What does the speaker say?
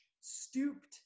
stooped